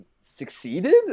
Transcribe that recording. succeeded